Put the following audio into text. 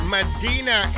Medina